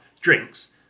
drinks